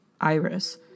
Iris